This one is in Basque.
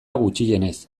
gutxienez